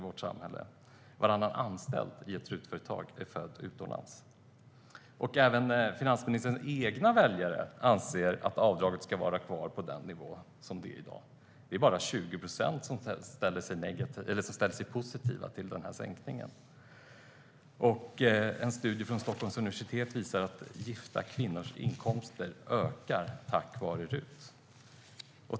Varannan anställd i ett RUT-företag är född utomlands. Även finansministerns egna väljare anser att avdraget ska vara kvar på den nivå som det är i dag. Det är bara 20 procent som är positiva till sänkningen. En studie från Stockholms universitet visar att gifta kvinnors inkomster ökar tack vare RUT.